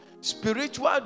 spiritual